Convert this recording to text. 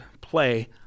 play